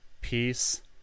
peace